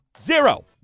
Zero